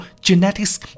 genetics